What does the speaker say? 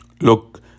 Look